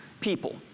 people